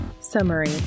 Summary